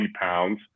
pounds